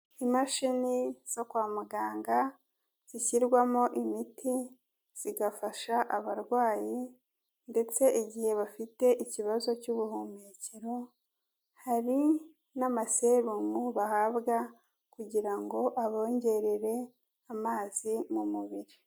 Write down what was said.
Imashini zo kwa muganga zishyirwamo imiti, zigafasha abarwayi ndetse igihe bafite ikibazo cy'ubuhumekero, hari n'amaserumu bahabwa kugira ngo abongerere amazi mu mubiri.